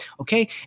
okay